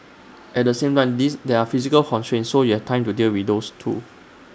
at the same time this there are physical constraints so you have time to deal with those too